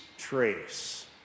trace